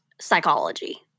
psychology